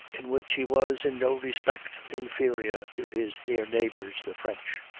in which he was in no respect inferior to his near neighbors the french,